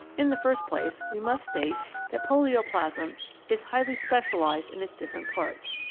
in the first place we must state that polioplasm is highly specialised in its different parts.